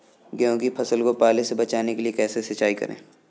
गेहूँ की फसल को पाले से बचाने के लिए कैसे सिंचाई करें?